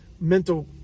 mental